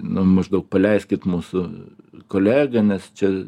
nu maždaug paleiskit mūsų kolegą nes čia